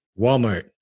Walmart